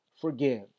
forgive